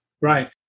Right